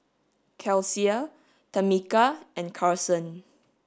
Kelsea Tamica and Carsen